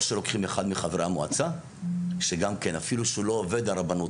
או שלוקחים אחד מחברי המועצה שגם כן אפילו שהוא לא עובד הרבנות,